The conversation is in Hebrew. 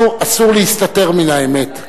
אסור להסתתר מן האמת.